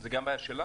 זו גם בעיה שלה?